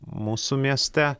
mūsų mieste